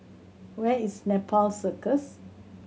where is Nepal Circus